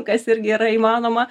kas irgi yra įmanoma